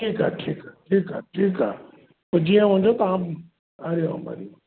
ठीकु आहे ठीकु आहे ठीकु आहे ठीकु आहे पोइ जीअं हुंदो तव्हां हरिओम हरिओम